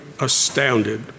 astounded